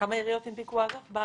כמה עיריות הנפיקו אג"ח בארץ?